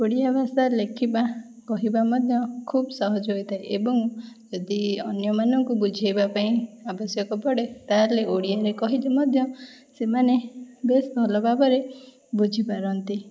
ଓଡ଼ିଆ ଭାଷା ଲେଖିବା କହିବା ମଧ୍ୟ ଖୁବ୍ ସହଜ ହୋଇଥାଏ ଏବଂ ଯଦି ଅନ୍ୟମାନଙ୍କୁ ବୁଝେଇବା ପାଇଁ ଆବଶ୍ୟକ ପଡ଼େ ତାହେଲେ ଓଡ଼ିଆରେ କହିଲେ ମଧ୍ୟ ସେମାନେ ବେଶ୍ ଭଲ ଭାବରେ ବୁଝିପାରନ୍ତି